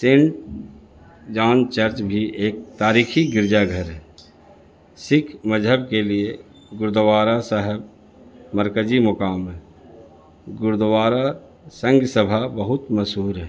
Saint John church بھی ایک تاریخی گرجا گھر ہے سکھ مذہب کے لیے گرودوارا صاحب مرکزی مقام ہے گرودوارا سنگھ سبھا بہت مشہور ہے